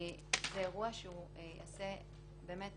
זה אירוע שיעשה מאוד